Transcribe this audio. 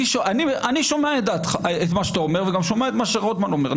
אני שומע את מה שאתה אומר וגם שומע את מה שרוטמן אומר.